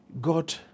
God